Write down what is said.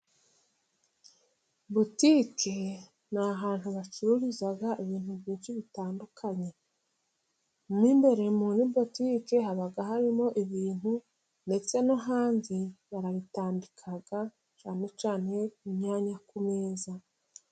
Butike ni ahantu bacururiza ibintu byinshi bitandukanye, imbere muri butike haba harimo ibintu ,ndetse no hanze barabitandika cyane cyane inyanya ku meza.